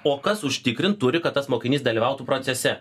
o kas užtikrint turi kad tas mokinys dalyvautų procese